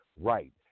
Right